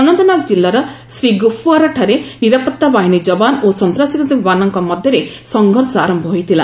ଅନନ୍ତନାଗ ଜିଲ୍ଲାର ଶ୍ରୀଗୁଫୱାରାଠାରେ ନିରାପତ୍ତା ବାହିନୀ ଯବାନ ଓ ସନ୍ତାସବାଦୀମାନଙ୍କ ମଧ୍ୟରେ ସଫଘର୍ଷ ଆରମ୍ଭ ହୋଇଥିଲା